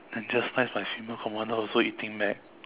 then just nice my senior commander also eating Mac